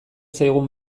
zaigun